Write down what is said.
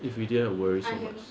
if we didn't worry so much